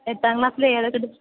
എട്ടാം ക്ലാസിലെ ഏതൊക്കെ ഡിവിഷ